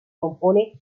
compone